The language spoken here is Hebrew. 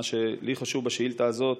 מה שחשוב לי בשאילתה הזאת,